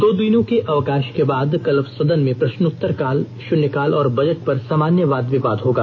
दो दिनों के अवकाष के बाद कल सदन में प्रष्नोत्तर काल शून्य काल और बजट पर सामान्य वाद विवाद होगा